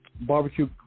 barbecue